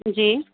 जी